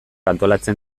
antolatzen